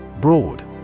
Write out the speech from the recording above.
Broad